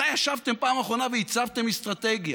מתי ישבתם בפעם האחרונה והצבתם אסטרטגיה?